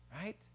right